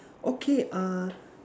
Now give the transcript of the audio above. okay ah